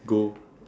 go